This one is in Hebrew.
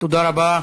תודה רבה.